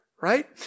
right